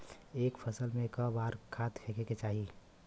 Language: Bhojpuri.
एक फसल में क बार खाद फेके के चाही?